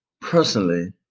personally